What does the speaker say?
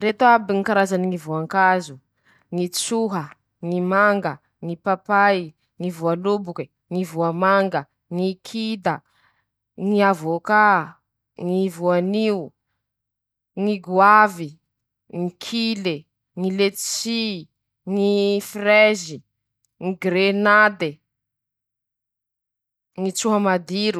Ndreto aby ñy karazany ñy fanantanjahatena: -ñy laboly. -ñy baskety. -boly.-ñy tenisy. -ñygolf. -ñy box. -ñy rugiby.-ñy volay baly. -ñy krike.-ñy tsinjaky.-ñy hokey.-ñy snika.-ñy natation. -ñy sikilisima.-atiletisma.-judo.-karate.-taiekondo.